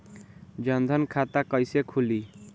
जनधन खाता कइसे खुली?